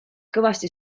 kõvasti